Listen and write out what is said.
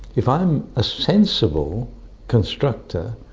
if i'm a sensible constructor,